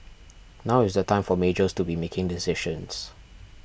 now is the time for majors to be making decisions